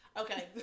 Okay